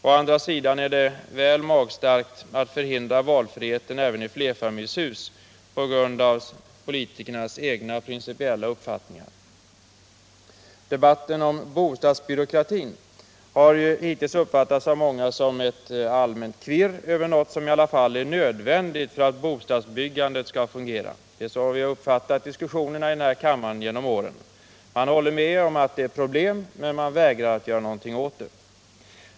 Å andra sidan är det väl magstarkt att förhindra valfriheten även i flerfamiljshusen på grund av politikernas egna principiella uppfattningar. Debatten om bostadsbyråkratin har hittills uppfattats av många som ett allmänt kvirr över något som i alla fall är nödvändigt för att bostadsbyggandet skall kunna fungera. Det är så vi har uppfattat diskussionerna i kammaren genom åren. Man håller med om att det är problem, men man vägrar att göra någonting åt dem.